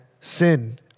sin